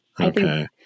Okay